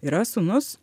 yra sūnus